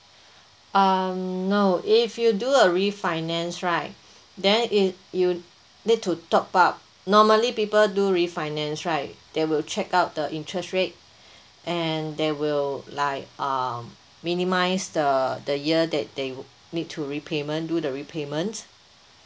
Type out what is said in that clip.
um no if you do a refinance right then if you need to top up normally people do refinance right they will check out the interest rate and they will like uh minimize the the year that they need to repayment do the repayment